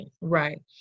Right